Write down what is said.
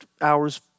hours